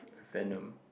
Venom